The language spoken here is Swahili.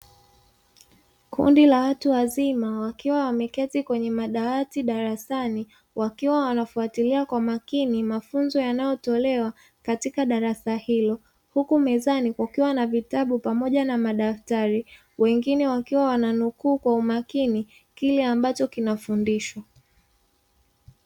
Kundi la watu wazima, wakiwa wameketi kwenye madawati darasani, wakiwa wanafuatilia kwa makini mafunzo yanayotolewa katika darasa hilo, huku mezani kukiwa na vitabu pamoja na madaftari, wengine wakiwa wananukuu kwa umakini kile ambacho kinafundishwa.